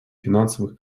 финансовых